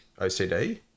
OCD